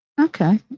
Okay